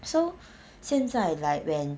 so 现在 light when